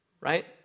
right